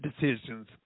decisions